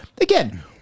again